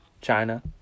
China